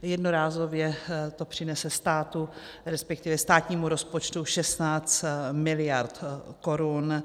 Jednorázově to přinese státu, resp. státnímu rozpočtu, 16 miliard korun.